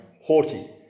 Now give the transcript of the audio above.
haughty